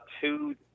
two